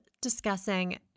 discussing